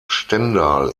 stendal